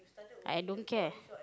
I don't care